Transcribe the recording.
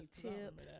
Tip